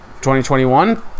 2021